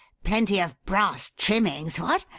plenty of brass trimmings! what?